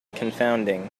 confounding